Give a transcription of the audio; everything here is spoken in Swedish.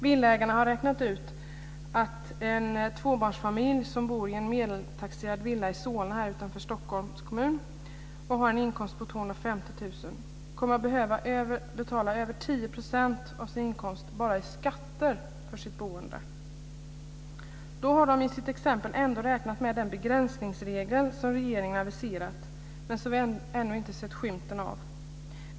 Villaägarna har räknat ut att en tvåbarnsfamilj som bor i en medeltaxerad villa i Solna utanför Stockholms kommun och har en inkomst på 250 000 kr kommer att behöva betala över 10 % av sin inkomst bara i skatter för sitt boende. Då har de i sitt exempel ändå räknat med den begränsningsregel som regeringen aviserat men som vi ännu inte har sett skymten av.